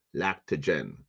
lactogen